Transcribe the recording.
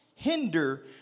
Hinder